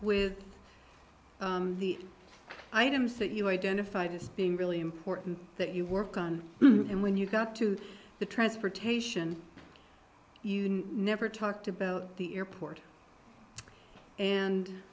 with the items that you identified as being really important that you worked on and when you got to the transportation you never talked about the airport and